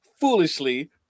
foolishly